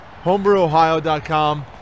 homebrewohio.com